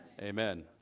Amen